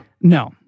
No